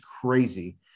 crazy